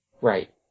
Right